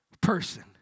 person